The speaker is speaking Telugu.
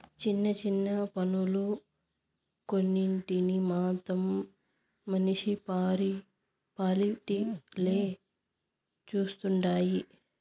చిన్న చిన్న పన్నులు కొన్నింటిని మాత్రం మునిసిపాలిటీలే చుస్తండాయి